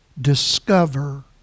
discover